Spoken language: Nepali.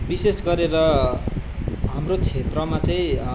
विशेष गरेर हाम्रो क्षेत्रमा चाहिँ